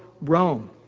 Rome